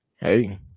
Hey